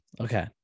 okay